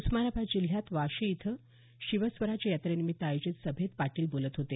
उस्मानाबाद जिल्ह्यात वाशी इथं शिवस्वराज्य यात्रेनिमित्त आयोजित सभेत पाटील बोलत होते